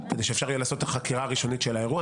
כדי שאפשר יהיה לעשות את החקירה הראשונית של האירוע.